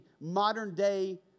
modern-day